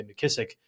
McKissick